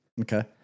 Okay